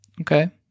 Okay